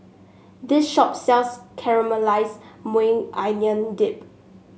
this shop sells Caramelized Maui Onion Dip